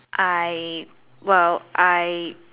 I well I